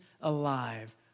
alive